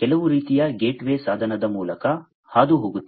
ಕೆಲವು ರೀತಿಯ ಗೇಟ್ವೇ ಸಾಧನದ ಮೂಲಕ ಹಾದುಹೋಗುತ್ತದೆ